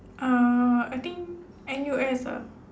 uh I think N_U_S ah